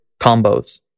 combos